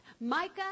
Micah